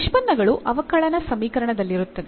ನಿಷ್ಪನ್ನಗಳು ಅವಕಲನ ಸಮೀಕರಣದಲ್ಲಿರುತ್ತವೆ